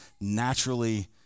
naturally